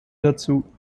dazu